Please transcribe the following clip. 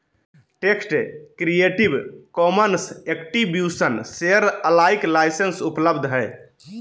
text creative commons attribution share alike license उपलब्ध हइ